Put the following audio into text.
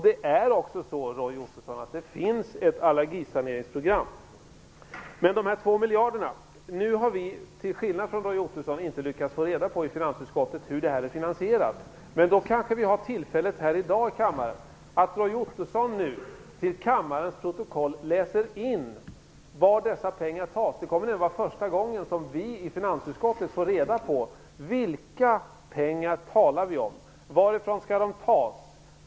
Det finns också ett allergisaneringsprogram, Roy Ottosson. När det gäller de 2 miljarderna har vi i finansutskottet, till skillnad från Roy Ottosson, inte lyckats få reda på hur de är finansierade. Men det finns kanske tillfälle här i dag för Roy Ottosson att till kammarens protokoll läsa in var dessa pengar skall tas ifrån. Det blir i så fall första gången som vi i finansutskottet får reda på vilka pengar det är fråga om. Varifrån skall dessa pengar tas?